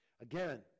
Again